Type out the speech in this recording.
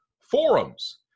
forums